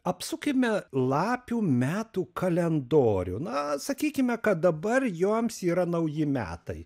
apsukime lapių metų kalendorių na sakykime kad dabar joms yra nauji metai